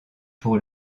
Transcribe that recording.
pour